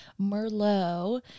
Merlot